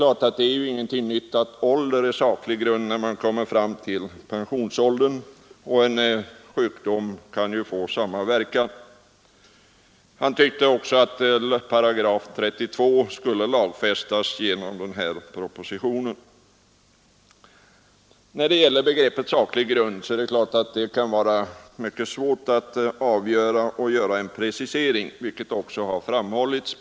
Att ålder är saklig grund då man når pensionsåldern är ingenting nytt, och en sjukdom kan ju få samma verkan. Han ansåg också att 32 § skulle lagfästas genom den föreliggande propositionen. När det gäller begreppet ”saklig grund” kan det vara svårt att göra en precisering, vilket också framhållits.